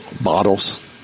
bottles